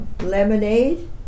lemonade